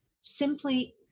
simply